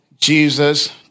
Jesus